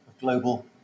global